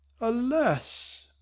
alas